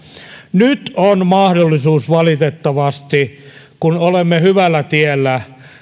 nyt on mahdollisuus valitettavasti kun olemme hyvällä tiellä